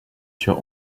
sur